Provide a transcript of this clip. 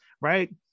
right